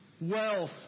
Wealth